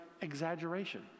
exaggeration